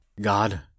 God